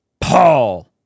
Paul